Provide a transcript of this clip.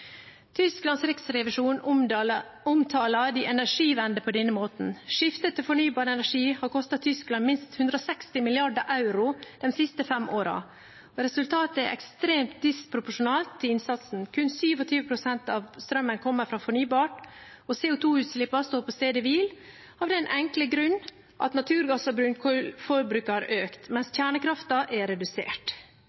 Tysklands riksrevisjon omtaler «die Energiewende» på denne måten: Skiftet til fornybar energi har kostet Tyskland minst 160 mrd. euro de siste fem årene. Resultatet er ekstremt disproporsjonalt med innsatsen, kun 27 pst. av strømmen kommer fra fornybar, og CO 2 -utslippene står på stedet hvil av den enkle grunn at naturgassforbruket har økt, mens